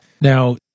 Now